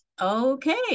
okay